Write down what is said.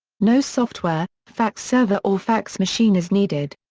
no software, fax server or fax machine is needed.